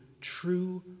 true